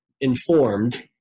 informed